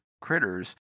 critters